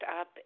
up